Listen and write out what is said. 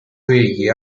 quegli